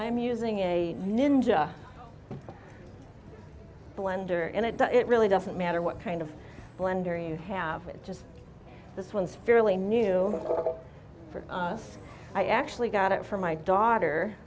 i'm using a ninja blender and it does it really doesn't matter what kind of blender you have it just this one's fairly new oil for us i actually got it from my daughter